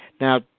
Now